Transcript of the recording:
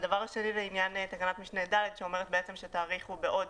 והדבר השני הוא עניין תקנת משנה (ד) שאומרת בעצם שתאריכו בעוד